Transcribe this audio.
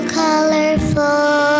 colorful